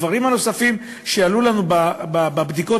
הדברים הנוספים שעלו לנו בבדיקות